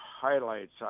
highlights